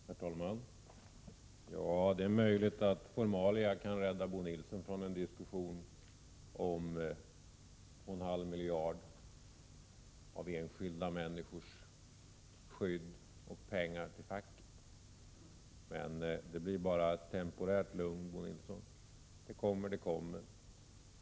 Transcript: Herr talman! Det är möjligt att formalia kan rädda Bo Nilsson från en diskussion om 2,5 miljarder kronor till enskilda människors skydd och pengar till facket, men det blir i så fall bara ett temporärt lugn, Bo Nilsson. Det kommer, det kommer.